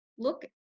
Look